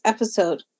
Episode